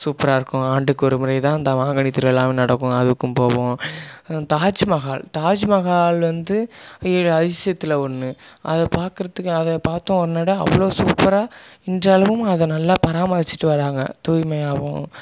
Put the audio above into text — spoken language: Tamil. ஆண்டுக்கு ஒருமுறைதான் அந்த மாங்கனி திருவிழாவும் நடக்கும் அதுக்கும் போவோம் தாஜ்மஹால் தாஜ்மஹால் வந்து ஏழு அதிசயத்தில் ஒன்று அதை பாக்கிறதுக்கே அதை பார்த்தோம் ஒரு நடை அவ்வளோ சூப்பராக இன்றளவும் அதை நல்லா பராமரித்துட்டு வராங்க தூய்மையாவும் சுத்தமாவும்